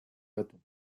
bâton